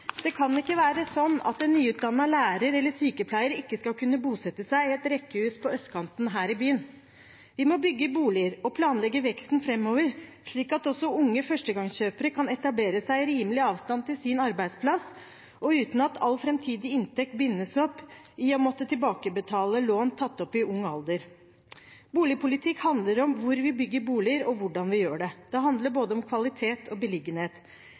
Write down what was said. Det kan ikke være sånn at en nyutdannet lærer eller sykepleier ikke skal kunne bosette seg i et rekkehus på østkanten her i byen. Vi må bygge boliger og planlegge veksten framover slik at også unge førstegangskjøpere kan etablere seg i rimelig avstand til sin arbeidsplass og uten at all framtidig inntekt bindes opp til tilbakebetaling av lån tatt opp i ung alder. Boligpolitikk handler om hvor vi bygger boliger, og hvordan vi gjør det. Det handler om både kvalitet og beliggenhet.